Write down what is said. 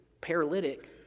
paralytic